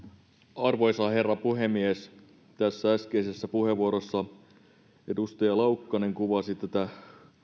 arvoisa herra puhemies äskeisessä puheenvuorossa edustaja laukkanen kuvasi tätä